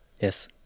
Yes